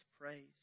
praise